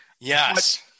yes